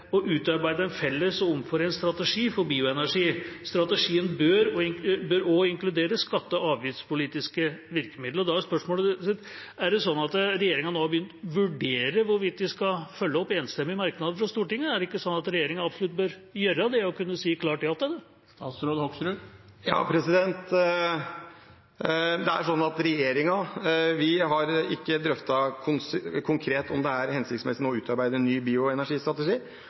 å utarbeide en felles og omforent strategi for bioenergi. Strategien bør også inkludere skatte- og avgiftspolitiske virkemidler. Og da er spørsmålet: Har regjeringa nå begynt å vurdere hvorvidt de skal følge opp enstemmige merknader fra Stortinget? Er det ikke sånn at regjeringa absolutt bør gjøre det, og kunne si klart ja til det? Regjeringen har ikke drøftet konkret om det er hensiktsmessig nå å utarbeide en ny bioenergistrategi.